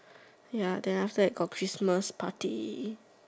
ya then after that got Christmas party